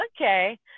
okay